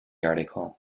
article